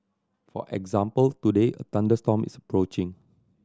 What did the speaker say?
for example today a thunderstorm is approaching